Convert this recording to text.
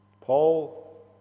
Paul